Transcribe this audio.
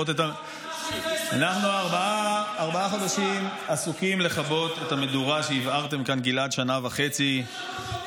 אנחנו ארבעה חודשים עסוקים בלכבות את המדורה שהבערתם כאן שנה וחצי,